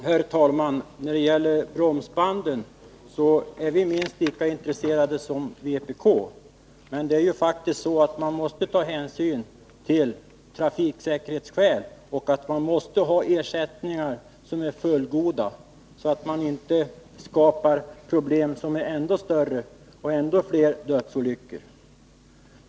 Herr talman! När det gäller bromsbanden är vi minst lika intresserade som vpk. Men man måste faktiskt ta hänsyn till trafiksäkerhetsskäl, och man måste ha ersättningar som är fullgoda, så att man inte skapar problem som är ännu större och så att det inte blir ännu fler dödsolyckor.